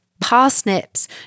parsnips